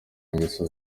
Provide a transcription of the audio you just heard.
ingeso